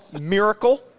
Miracle